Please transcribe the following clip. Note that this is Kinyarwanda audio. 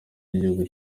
ry’igihugu